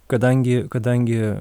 kadangi kadangi